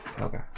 Okay